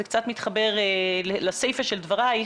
זה קצת מתחבר לסיפא של דברייך,